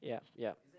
yup yup